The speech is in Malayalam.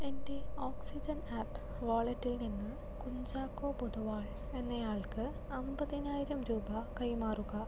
എൻ്റെ ഓക്സിജൻ ആപ്പ് വാലറ്റിൽ നിന്ന് കുഞ്ചാക്കോ പൊതുവാൾ എന്നയാൾക്ക് അമ്പതിനായിരം രൂപ കൈമാറുക